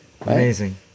Amazing